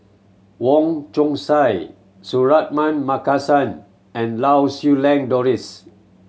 Wong Chong Sai Suratman Markasan and Lau Siew Lang Doris